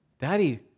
Daddy